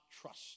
trust